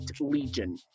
Legion